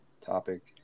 topic